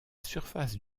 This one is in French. surface